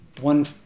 one